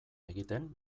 egiten